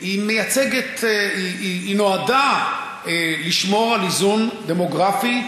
היא נועדה לשמור על איזון דמוגרפי